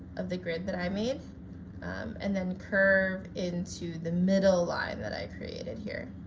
of the grid that i made and then curve into the middle line that i created here.